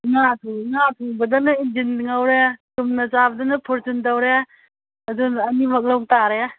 ꯉꯥ ꯊꯣꯡꯕꯗꯅ ꯏꯟꯖꯤꯟ ꯉꯧꯔꯦ ꯆꯨꯝꯅ ꯆꯥꯕꯗꯅ ꯐꯣꯔꯆꯨꯟ ꯇꯧꯔꯦ ꯑꯗꯨꯅ ꯑꯅꯤꯃꯛ ꯂꯧꯇꯥꯔꯦ